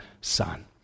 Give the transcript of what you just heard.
son